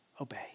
obey